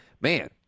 man